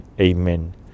Amen